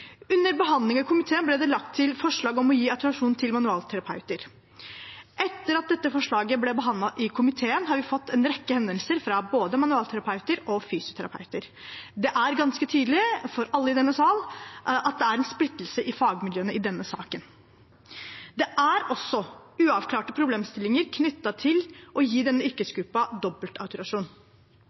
Under behandlingen i komiteen ble det lagt til forslag om å gi autorisasjon til manuellterapeuter. Etter at dette forslaget ble behandlet i komiteen, har vi fått en rekke henvendelser fra både manuellterapeuter og fysioterapeuter. Det er ganske tydelig for alle i denne sal at det er splittelse i fagmiljøene i denne saken. Det er også uavklarte problemstillinger knyttet til å gi denne